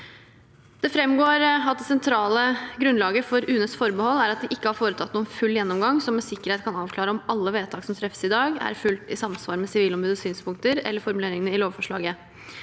Det framgår at det sentrale grunnlaget for UNEs forbehold er at de ikke har foretatt noen full gjennomgang som med sikkerhet kan avklare om alle vedtak som treffes i dag, er fullt i samsvar med Sivilombudets synspunkter eller formuleringene i lovforslaget.